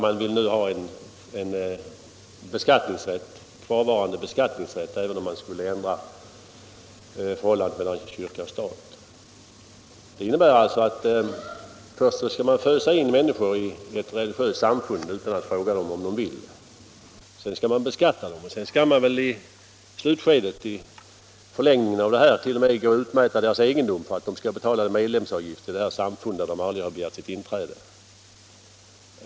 Man vill där ha en kvarvarande beskattningsrätt, även om förhållandet mellan kyrka och stat skulle ändras. Det innebär alltså att man först skall fösa in människor i ett religiöst samfund utan att fråga dem om de vill, att man sedan skall beskatta dem och t.o.m. utmäta deras egendom för att de skall betala medlemsavgift till detta samfund där de aldrig har begärt sitt inträde.